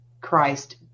Christ